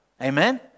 amen